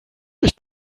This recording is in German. nicht